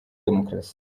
demokarasi